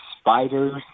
spiders